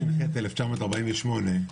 תש"ח-1948,